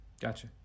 gotcha